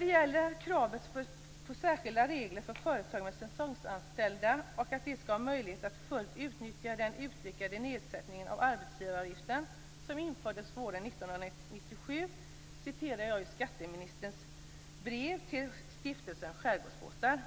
Det har framförts krav på särskilda regler för företag med säsongsanställda, som man anser skall ha möjlighet att fullt ut utnyttja den utökade nedsättning av arbetsgivaravgiften som infördes våren 1997. Jag vill läsa ur skatteministerns brev till Stiftelsen skärgårdsbåtar: